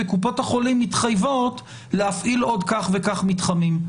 וקופות החולים מתחייבות להפעיל עוד כך וכך מתחמים.